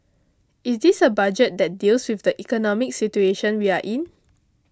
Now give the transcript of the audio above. is this a budget that deals with the economic situation we are in